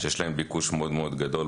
שיש להם ביקוש גדול מאוד בשוק.